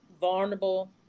vulnerable